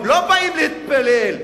הם לא באים להתפלל,